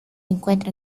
encuentra